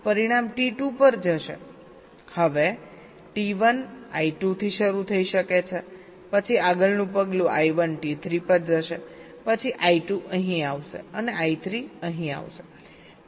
હવે T1 I2 થી શરૂ થઈ શકે છે પછી આગળનું પગલું I1 T3 પર જશે પછી I2 અહીં આવશે અને I3 અહીં આવશે